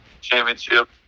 championship